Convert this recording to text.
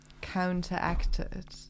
counteracted